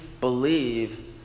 believe